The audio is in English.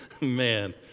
man